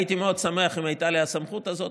הייתי מאוד שמח אם הייתה לי הסמכות הזאת,